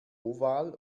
oval